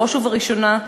בראש ובראשונה,